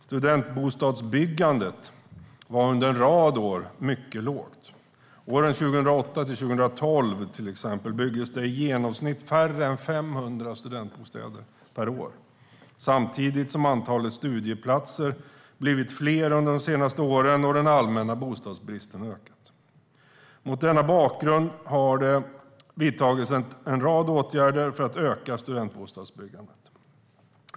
Studentbostadsbyggandet var under en rad år mycket lågt. Till exempel byggdes det under åren 2008-2012 i genomsnitt färre än 500 studentbostäder per år, samtidigt som antalet studieplatser blivit större under de senaste åren och den allmänna bostadsbristen ökat. Mot denna bakgrund har det vidtagits en rad åtgärder för att öka studentbostadsbyggandet.